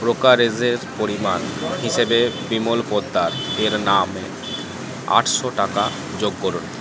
ব্রোকারেজের পরিমাণ হিসেবে বিমল পোদ্দার এর নামে আটশো টাকা যোগ করুন